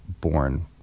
born